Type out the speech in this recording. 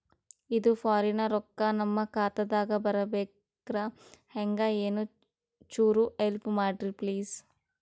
ಇದು ಫಾರಿನ ರೊಕ್ಕ ನಮ್ಮ ಖಾತಾ ದಾಗ ಬರಬೆಕ್ರ, ಹೆಂಗ ಏನು ಚುರು ಹೆಲ್ಪ ಮಾಡ್ರಿ ಪ್ಲಿಸ?